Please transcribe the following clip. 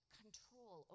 control